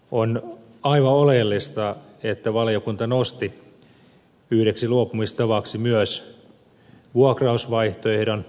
on aivan oleellista että valiokunta nosti yhdeksi luopumistavaksi myös vuokrausvaihtoehdon